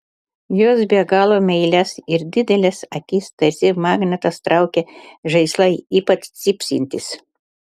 jos be galo meilias ir dideles akis tarsi magnetas traukia žaislai ypač cypsintys